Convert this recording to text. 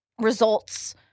results